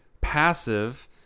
passive